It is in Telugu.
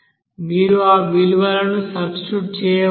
మీరు ఆ విలువను సబ్స్టిట్యూట్ చేయవచ్చు